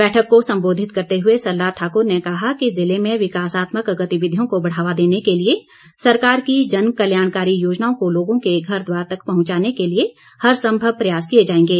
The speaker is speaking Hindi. बैठक को संबोधित करते हुए सरला ठाकुर ने कहा कि जिले में विकासात्मक गतिविधियों को बढ़ावा देने के लिए सरकार की जन कल्याणकारी योजनाओं को लोगों के घर द्वार तक पहुंचाने के लिए हरसंभव प्रयास किए जाएंगे